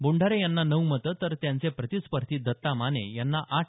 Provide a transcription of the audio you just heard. बोंढारे यांना नऊ मतं तर त्यांचे प्रतिस्पर्धी दत्ता माने यांना आठ मतं पडली